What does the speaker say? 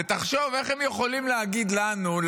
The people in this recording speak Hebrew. ותחשוב איך הם יכולים להגיד לנו,